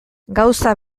gauza